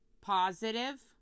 positive